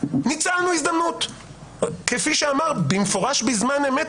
ניצלנו הזדמנות, כפי שאמר ברק, במפורש בזמן אמת.